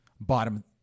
bottom